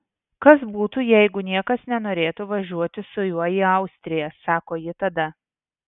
kas būtų jeigu niekas nenorėtų važiuoti su juo į austriją sako ji tada